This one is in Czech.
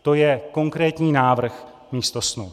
To je konkrétní návrh místo snu.